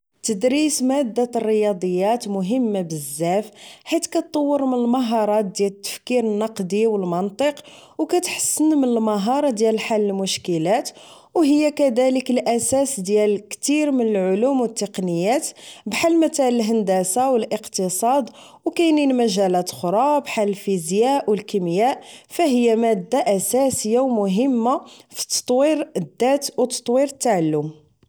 تدريس مادة الرياضيات مهمة بزاف حيت كطور من المهارات ديال التفكير النقدي و المنطق و كتحسن من مهارة ديال حل المشكلات و هي كذلك الأساس ديال كتير من العلوم أو التقنيات بحال متلا الهندسة أو الإقتصاد و كينين مجالات خرى بحال الفيزياء و الكيمياء فهي مادة أساسية و مهمة فتطوير الذات و تطوير التعلم